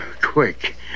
quick